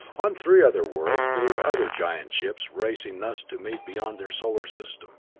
on three other worlds there were other giant ships racing thus to meet beyond their solar system.